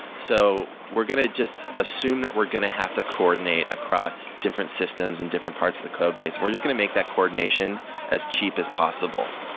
so we're going to just assume that we're going to have to coordinate across different systems in different parts of the codebase. and we're just going to make that coordination as cheap as possible,